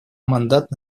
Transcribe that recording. мандат